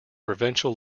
provincial